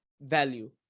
value